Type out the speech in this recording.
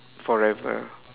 forever